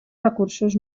recursos